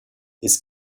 his